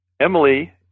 Emily